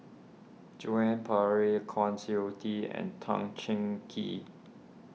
Joan Pereira Kwa Siew Tee and Tan Cheng Kee